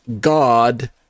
God